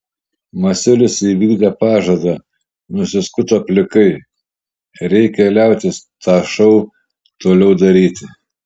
masiulis įvykdė pažadą nusiskuto plikai reikia liautis tą šou toliau daryti